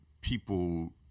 people